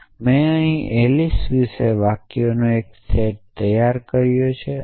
અહી મે એલિસ વિશે વાક્યોનો સેટ તૈયાર કર્યો છું